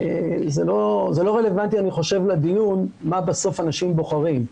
אני לא חושב שזה רלוונטי לדיון מה בסוף אנשים בוחרים.